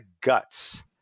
guts